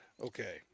Okay